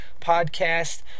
Podcast